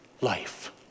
life